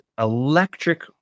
electric